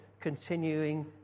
continuing